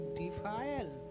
defile